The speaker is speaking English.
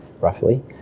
roughly